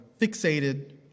fixated